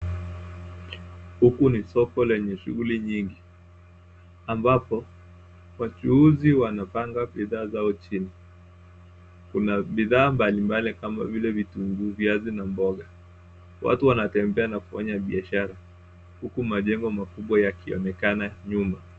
Huku ni soko lenye shughuli nyingi ambapo wachuuzi wanapanga bidhaa zao chini. Kuna bidhaa mbalimbali kama vile vitunguu, viazi na mboga. Watu wanatembea na kufanya biashara huku majengo makubwa yakionekana nyuma.